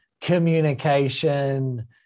communication